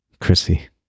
Chrissy